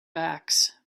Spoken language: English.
backs